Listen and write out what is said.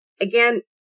again